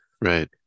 Right